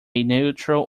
neutral